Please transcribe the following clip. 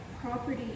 property